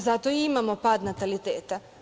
Zato i imamo pad nataliteta.